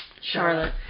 Charlotte